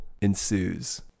ensues